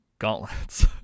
Gauntlets